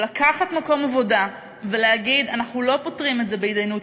אבל לקחת מקום עבודה ולהגיד: אנחנו לא פותרים את זה בהתדיינות